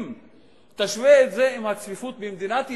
אם תשווה את זה לצפיפות במדינת ישראל,